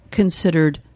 considered